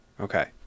Okay